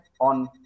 on